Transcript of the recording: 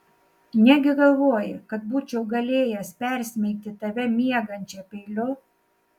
negi galvoji kad būčiau galėjęs persmeigti tave miegančią peiliu